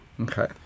Okay